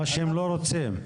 מה שהם לא רוצים.